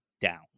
down